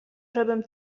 żebym